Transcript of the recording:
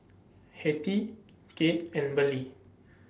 Hattie Kade and Burleigh